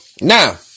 Now